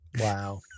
Wow